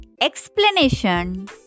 explanation